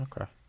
Okay